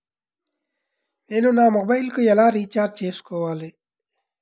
నేను నా మొబైల్కు ఎలా రీఛార్జ్ చేసుకోవాలి?